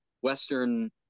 Western